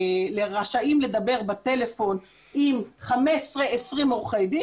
עם 20-15 עורכי דין.